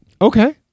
Okay